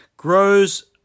Grows